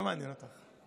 לא מעניין אותך.